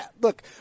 Look